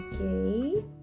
okay